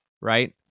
right